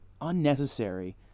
unnecessary